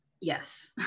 yes